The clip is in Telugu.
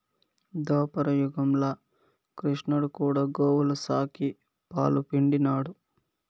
దోపర యుగంల క్రిష్ణుడు కూడా గోవుల సాకి, పాలు పిండినాడు